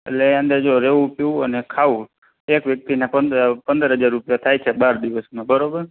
એટલે અંદર જો રહેવું પીવું અને ખાવું એક વ્યક્તિના પંદર પંદર હજાર રૂપિયા થાય છે બાર દિવસમાં બરોબર